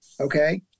Okay